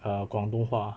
err 广东话